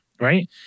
Right